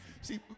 See